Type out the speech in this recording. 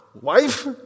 wife